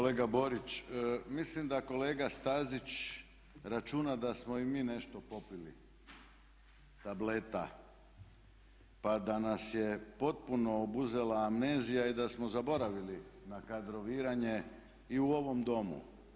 Kolega Borić mislim da kolega Stazić računa da smo i mi nešto popili tableta pa da nas je potpuno obuzela amnezija i da smo zaboravili na kadroviranje i u ovom Domu.